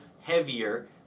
heavier